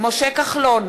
משה כחלון,